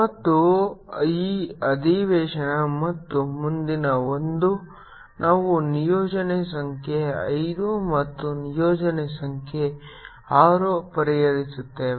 ಮತ್ತು ಈ ಅಧಿವೇಶನ ಮತ್ತು ಮುಂದಿನ ಒಂದು ನಾವು ನಿಯೋಜನೆ ಸಂಖ್ಯೆ ಐದು ಮತ್ತು ನಿಯೋಜನೆ ಸಂಖ್ಯೆ ಆರು ಪರಿಹರಿಸುತ್ತೇವೆ